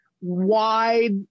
wide